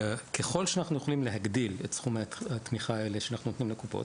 ככל שאנחנו יכולים להגדיל את סכומי התמיכה האלה שאנחנו נותנים לקופות,